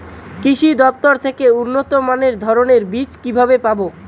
কৃষি দফতর থেকে উন্নত মানের ধানের বীজ কিভাবে পাব?